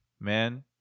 man